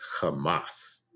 Hamas